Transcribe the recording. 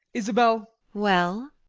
isabel. well?